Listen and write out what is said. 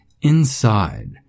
Inside